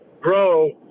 grow